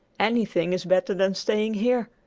anything is better than staying here.